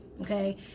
okay